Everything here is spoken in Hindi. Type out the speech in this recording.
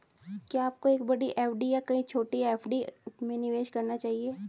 क्या आपको एक बड़ी एफ.डी या कई छोटी एफ.डी में निवेश करना चाहिए?